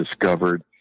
discovered